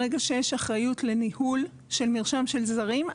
ברגע שיש אחריות לניהול של מרשם של זרים,